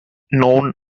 known